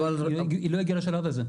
היא לא הגיעה לשלב הזה.